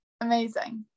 amazing